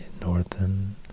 northern